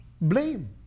Blame